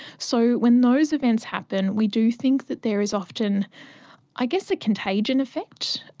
so when those events happen we do think that there is often i guess a contagion effect,